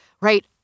right